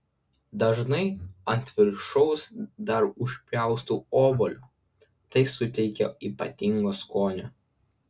dažnai ant viršaus dar užpjaustau obuolio tai suteikia ypatingo skonio